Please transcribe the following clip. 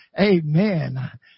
Amen